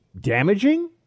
damaging